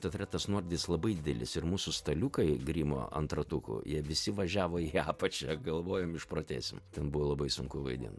teatre tas nuolydis labai didelis ir mūsų staliukai grimo ant ratukų jie visi važiavo į apačią galvojom išprotėsim ten buvo labai sunku vaidint